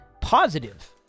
positive